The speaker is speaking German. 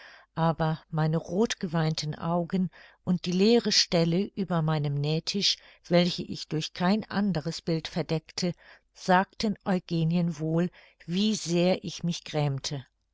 aber meine roth geweinten augen und die leere stelle über meinem nähtisch welche ich durch kein anderes bild verdeckte sagten eugenien wohl wie sehr ich mich grämte